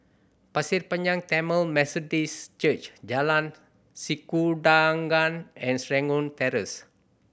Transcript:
Pasir Panjang Tamil Methodist Church Jalan Sikudangan and Serangoon Terrace